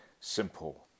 simple